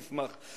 תשמח.